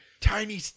Tiny